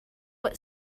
what